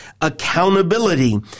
accountability